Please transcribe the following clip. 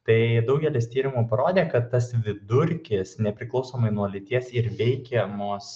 tai daugelis tyrimų parodė kad tas vidurkis nepriklausomai nuo lyties ir veikiamos